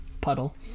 Puddle